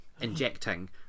injecting